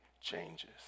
changes